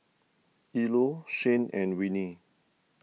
Ilo Shane and Winnie